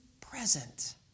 present